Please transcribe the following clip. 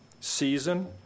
season